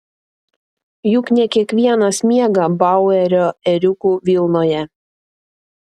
juk ne kiekvienas miega bauerio ėriukų vilnoje